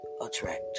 Attract